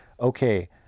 okay